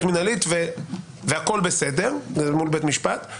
מינהלית והכול בסדר זה מול בית משפט.